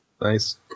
Nice